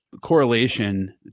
correlation